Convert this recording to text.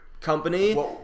company